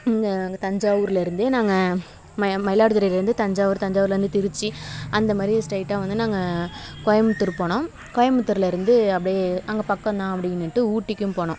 இங்கே அங்கே தஞ்சாவூர்லேருந்தே நாங்கள் ம மயிலாடுதுறைலேருந்து தஞ்சாவூர் தஞ்சாவூர்லேருந்து திருச்சி அந்தமாதிரி ஸ்ட்ரெயிட்டாக வந்து நாங்கள் கோயம்புத்தூர் போனோம் கோயம்புத்தூரில் இருந்து அப்படியே அங்கே பக்கம் தான் அப்படின்னுட்டு ஊட்டிக்கும் போனோம்